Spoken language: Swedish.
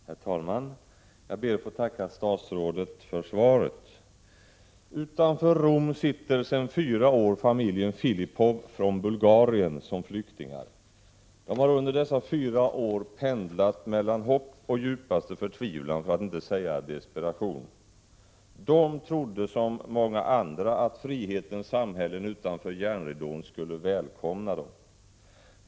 Herr talman! Jag ber att få tacka statsrådet för svaret. Utanför Rom vistas sedan fyra år tillbaka familjen Filipov från Bulgarien som flyktingar. Familjen har under dessa fyra år pendlat mellan hopp och djupaste förtvivlan, för att inte säga desperation. Liksom många andra trodde man att frihetens samhälle utanför järnridån skulle välkomna familjen.